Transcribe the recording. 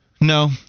No